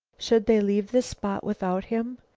should they leave this spot without him?